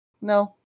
no